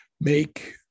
make